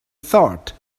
thought